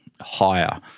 higher